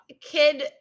Kid